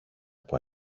από